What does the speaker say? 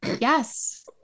Yes